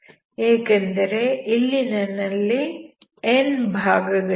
ಏಕೆಂದರೆ ಇಲ್ಲಿ ನನ್ನಲ್ಲಿ n ಭಾಗಗಳಿವೆ